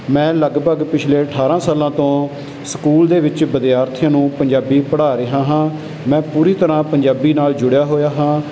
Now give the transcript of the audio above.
ਮੈਂ ਲਗਭਗ ਪਿਛਲੇ ਅਠਾਰਾਂ ਸਾਲਾਂ ਤੋਂ ਸਕੂਲ ਦੇ ਵਿੱਚ ਵਿਦਿਆਰਥੀਆਂ ਨੂੰ ਪੰਜਾਬੀ ਪੜ੍ਹਾ ਰਿਹਾ ਹਾਂ ਮੈਂ ਪੂਰੀ ਤਰ੍ਹਾਂ ਪੰਜਾਬੀ ਨਾਲ ਜੁੜਿਆ ਹੋਇਆ ਹਾਂ